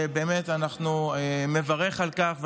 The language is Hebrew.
ואני באמת מברך על כך.